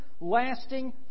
lasting